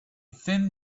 thin